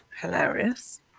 hilarious